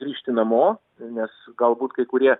grįžti namo nes galbūt kai kurie